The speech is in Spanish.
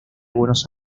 buenos